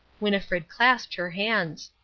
winnifred clasped her hands.